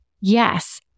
Yes